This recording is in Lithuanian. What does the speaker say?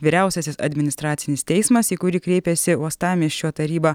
vyriausiasis administracinis teismas į kurį kreipėsi uostamiesčio taryba